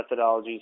methodologies